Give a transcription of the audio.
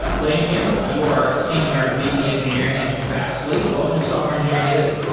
laine campbell, you are senior vp engineering at fastly. welcome to software engineering daily.